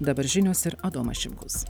dabar žinios ir adomas šimkus